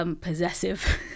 Possessive